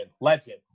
legend